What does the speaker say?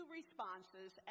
responses